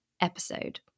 episode